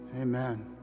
Amen